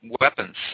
weapons